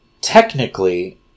technically